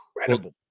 incredible